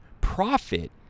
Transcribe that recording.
profit